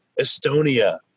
Estonia